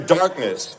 darkness